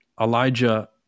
Elijah